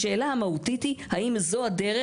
השאלה המהותית היא האם זו הדרך?